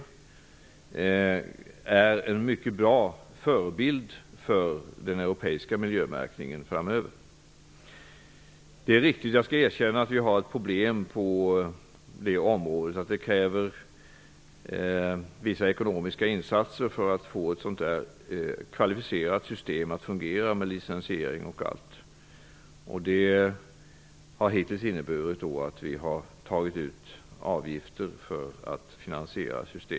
Det är en mycket bra förebild för den europeiska miljömärkningen framöver. Jag skall erkänna att det finns problem på det området, som kräver vissa ekonomiska insatser för att få ett kvalificerat system med lincensiering och allt att fungera. Det har hittills inneburit avgiftsfinansiering.